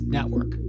Network